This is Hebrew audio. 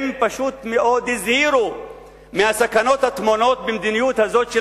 הם פשוט מאוד הזהירו מהסכנות הטמונות במדיניות הזאת של